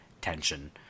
tension